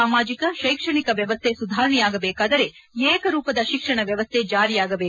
ಸಾಮಾಜಿಕ ಶೈಕ್ಷಣಿಕ ವ್ಯವಸ್ಥೆ ಸುಧಾರಣೆಯಾಗಬೇಕಾದರೆ ಏಕರೂಪದ ಶಿಕ್ಷಣ ವ್ಯವಸ್ಥೆ ಜಾರಿಯಾಗಬೇಕು ಎಂದರು